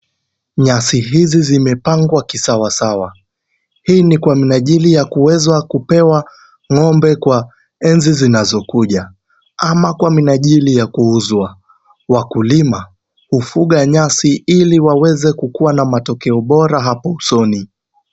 Nyasi hizi zimepangwa kisawasawa, hii ni kwa minajili ya kuweza kupewa ng'ombe kwa enzi zinazokuja au kwa minajili ya kuuzwa. Wakulima hufuga nyasi, ili waweze kuwa na matokeo bora hapo usoni.